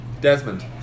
Desmond